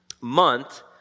month